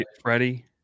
Freddie